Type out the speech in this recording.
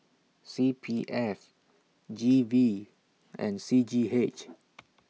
C P F G V and C G H